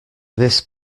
this